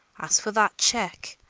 as for that check,